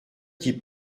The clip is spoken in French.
qui